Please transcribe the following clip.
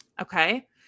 Okay